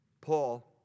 Paul